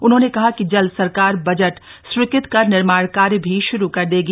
उन्होंने कहा कि जल्द सरकार बजट स्वीकृत कर निर्माण कार्य भी शुरू कर देगी